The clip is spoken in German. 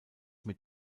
mit